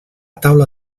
taula